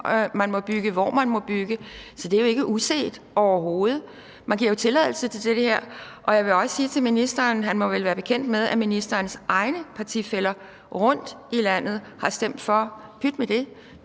man må bygge, og hvor man må bygge, så det er jo ikke uset overhovedet. Man giver jo tilladelse til det her. Jeg vil også sige til ministeren, at han vel må være bekendt med, at ministerens egne partifæller rundt i landet har stemt for og sagt: Pyt med det,